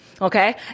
Okay